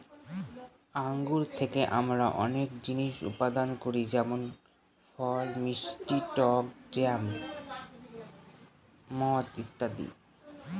আঙ্গুর থেকে আমরা অনেক জিনিস উৎপাদন করি যেমন ফল, মিষ্টি টক জ্যাম, মদ ইত্যাদি